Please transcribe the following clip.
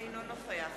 אינו נוכח